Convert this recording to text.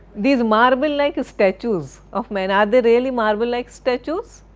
these marble-like statues of men are they really marble-like statues,